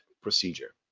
procedure